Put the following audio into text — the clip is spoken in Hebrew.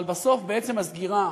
אבל בסוף, בעצם הסגירה